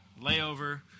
layover